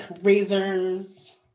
razors